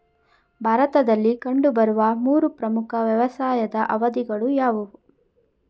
ಭಾರತದಲ್ಲಿ ಕಂಡುಬರುವ ಮೂರು ಪ್ರಮುಖ ವ್ಯವಸಾಯದ ಅವಧಿಗಳು ಯಾವುವು?